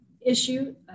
issue